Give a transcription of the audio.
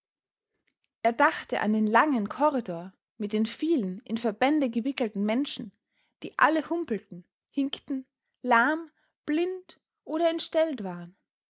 er dachte an den langen korridor mit den vielen in verbände gewickelten menschen die alle humpelten hinkten lahm blind oder entstellt waren